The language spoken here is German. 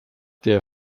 der